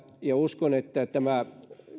ja uskon että